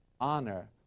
honor